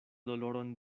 doloron